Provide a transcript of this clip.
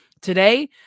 Today